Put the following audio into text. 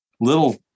little